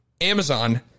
Amazon